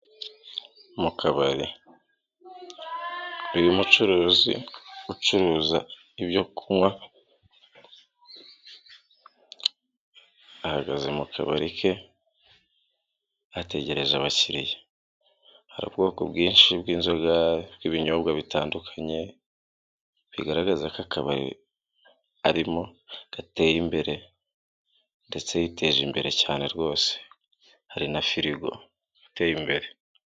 Mu kabari, uyu mucuruzi ucuruza ibyo kunywa, ahagaze mu kabari ke, ategereje abakiriya, hari ubwoko bwinshi bw'inzoga bw'ibinyobwa bitandukanye, bigaragara ko akabari arimo gateye imbere ndetse yiteje imbere cyane rwose, hari na firigo ateye imbere.